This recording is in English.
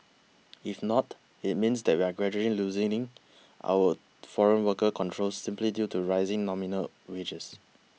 if not it means that we are gradually loosening our foreign worker controls simply due to rising nominal wages